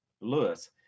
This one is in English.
Lewis